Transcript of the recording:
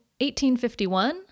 1851